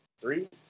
three